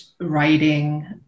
writing